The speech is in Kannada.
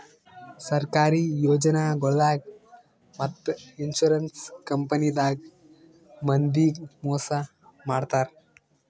ಸರ್ಕಾರಿ ಯೋಜನಾಗೊಳ್ದಾಗ್ ಮತ್ತ್ ಇನ್ಶೂರೆನ್ಸ್ ಕಂಪನಿದಾಗ್ ಮಂದಿಗ್ ಮೋಸ್ ಮಾಡ್ತರ್